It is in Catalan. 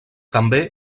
també